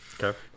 Okay